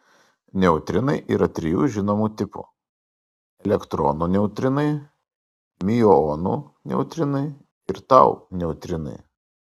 neutrinai yra trijų žinomų tipų elektronų neutrinai miuonų neutrinai ir tau neutrinai